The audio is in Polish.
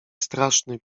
straszny